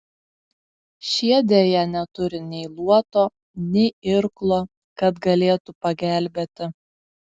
šie deja neturi nei luoto nei irklo kad galėtų pagelbėti